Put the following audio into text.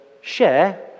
share